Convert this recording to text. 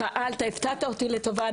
הפתעת אותי לטובה.